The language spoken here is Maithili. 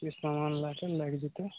किछु समान लैके लागि जएतै